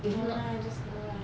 ya lah just go lah